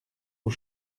aux